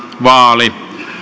vaali